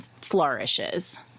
flourishes